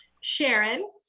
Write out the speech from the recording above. Sharon